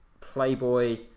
Playboy